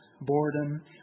boredom